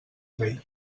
rei